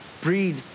breed